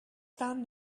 found